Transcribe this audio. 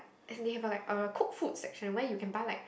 and they like have a cooked food section where you can buy like